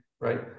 right